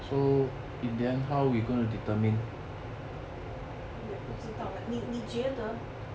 我也不知道 leh 你你觉得